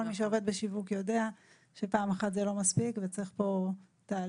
כל מי עובד בשיווק יודע שפעם אחת זה לא מספיק וצריך להיות כאן תהליך.